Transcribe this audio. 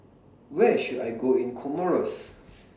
Where should I Go in Comoros